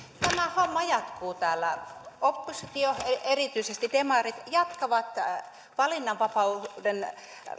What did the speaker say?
homma jatkuu täällä oppositio erityisesti demarit jatkaa valinnanvapauden